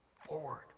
forward